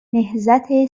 نهضت